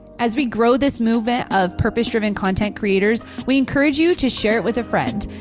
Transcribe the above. as we grow this movement of purpose-driven content creators, we encourage you to share it with a friend.